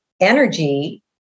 energy